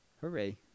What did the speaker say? Hooray